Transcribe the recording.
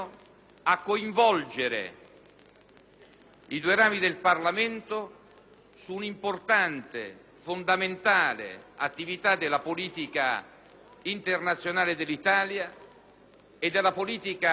i due rami del Parlamento su un'importante, fondamentale attività della politica internazionale dell'Italia e della politica della difesa italiana.